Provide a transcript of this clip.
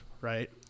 right